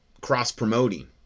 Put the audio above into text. cross-promoting